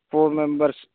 four members